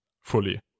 fully